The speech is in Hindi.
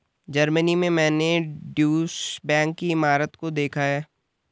जर्मनी में मैंने ड्यूश बैंक की इमारत को देखा था